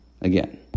again